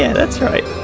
yeah that's right!